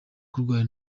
kurwara